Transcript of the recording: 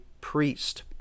priest